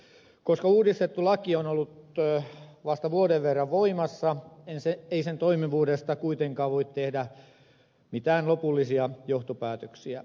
koska uudistettu laki on ollut vasta vuoden verran voimassa ei sen toimivuudesta kuitenkaan voi tehdä mitään lopullisia johtopäätöksiä